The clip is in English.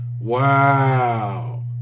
Wow